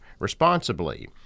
responsibly